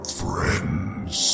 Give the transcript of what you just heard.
friends